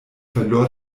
verlor